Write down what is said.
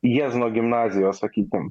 jiezno gimnazijos sakykim